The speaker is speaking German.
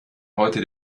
heute